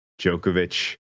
Djokovic